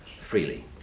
freely